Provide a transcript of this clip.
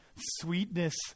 sweetness